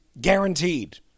Guaranteed